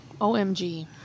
Omg